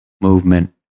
movement